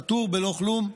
פטור בלא כלום,